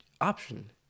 option